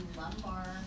lumbar